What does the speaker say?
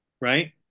right